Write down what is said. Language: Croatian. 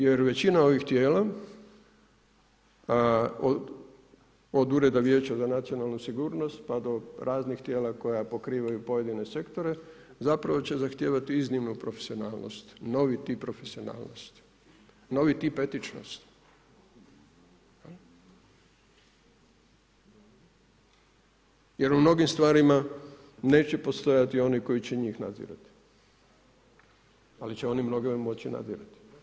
Jer većina ovih tijela, od ureda Vijeća za nacionalnu sigurnost, pa do raznih tijela koja pokrivaju pojedine sektore, zapravo će zahtijevati iznimnu profesionalnost, novi tip profesionalnosti, novi tip etičnosti jer u mnogim stvarima neće postojati oni koji će njih nadzirati, ali će oni mnoge moći nadzirati.